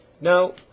now